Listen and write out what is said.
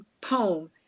poem